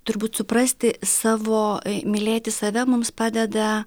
turbūt suprasti savo mylėti save mums padeda